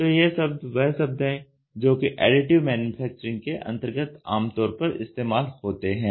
तो यह सब वह शब्द है जो कि एडिटिव मैन्युफैक्चरिंग के अंतर्गत आमतौर पर इस्तेमाल होते हैं